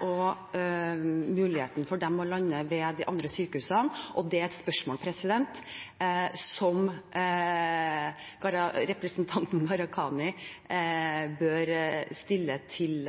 og muligheten for dem til å lande ved de andre sykehusene. Det er et spørsmål som representanten Gharahkhani bør stille til